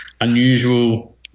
unusual